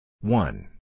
One